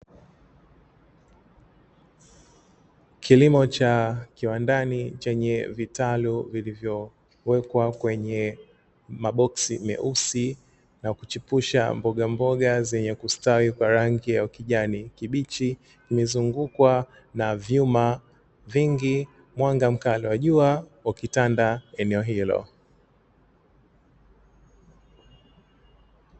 Kilimo cha kiwandani chenye vitalu vilivyowekwa kwenye maboksi meusi na kuchipusha mbogamboga zenye kustawi kwa rangi ya kijani kibichi, imezungukwa na vyuma vingi mwanga mkali wa jua kwa ukitanda eneo hilo.